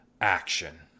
action